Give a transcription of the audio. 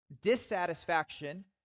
dissatisfaction